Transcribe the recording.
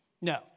No